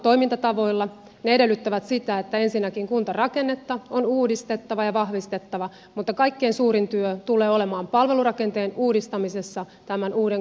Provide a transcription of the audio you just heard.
se edellyttää sitä että ensinnäkin kuntarakennetta on uudistettava ja vahvistettava mutta kaikkein suurin työ tulee olemaan palvelurakenteen uudistamisessa tämän uuden kuntarakenteen sisällä